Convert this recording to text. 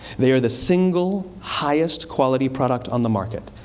they are the single highest-quality product on the market,